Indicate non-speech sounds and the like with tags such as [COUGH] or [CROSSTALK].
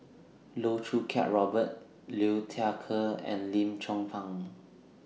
[NOISE] Loh Choo Kiat Robert Liu Thai Ker and Lim Chong Pang